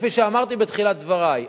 וכפי שאמרתי בתחילת דברי,